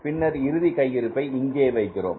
பின்னர் இறுதி கையிருப்பை இங்கே வைக்கிறோம்